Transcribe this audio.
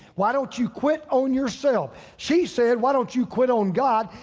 why don't you quit on yourself? she said, why don't you quit on god?